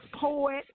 poet